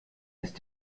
ist